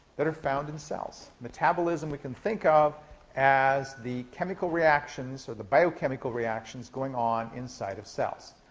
that are found in cells. metabolism we can think of as the chemical reactions or the biochemical reactions going on inside of cells.